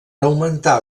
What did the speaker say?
augmentar